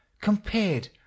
compared